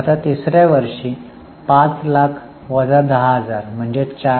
आता तिसऱ्या वर्षी 500000 10000 म्हणजे 490000